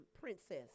Princess